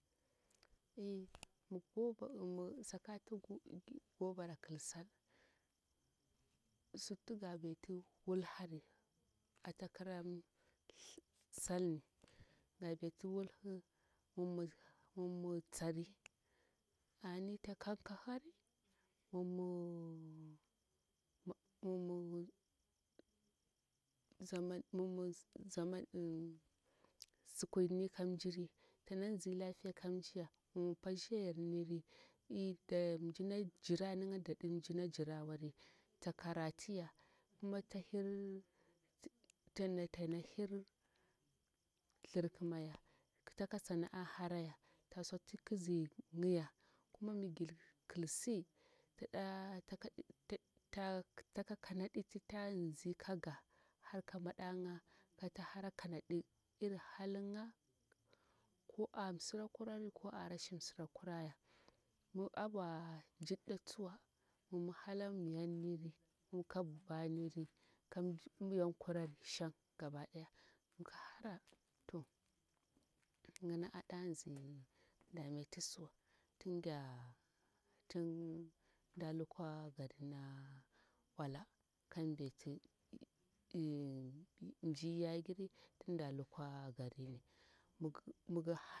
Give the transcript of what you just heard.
Misakatu gobara kil sal sutu gabetu wulhari ata kira salnmi gabe tu wulhu mimi tsari ani takankahari mimi tsikwinni kamjiri tsanan zi kamji lafiya hya mimi pashiyarniri eh da mji na jira niga da imjina jirawari tsakaratuya kuma tahir ta tana hir dirkimaya tsaka sana'a haraya ta tsokti kizi nya kuma migi kilsi taka kanaɗi tita nzi kaga har ka madayan katahara kanaɗi iri halya ko amsurakurari ko arashir surakurari mi abwa mjir datsuwa mimi halamiyarni ka bibaniri kanyankurari shan gaba ɗaya miki hara to yini aɗazin dametisiwa tunga tun daluka kari na owala kanbeti eh mjiryagiri tunda lukwa garin migi